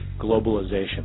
globalization